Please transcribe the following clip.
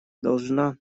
должна